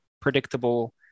predictable